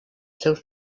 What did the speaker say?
seus